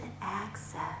access